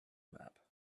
map